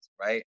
right